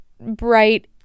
bright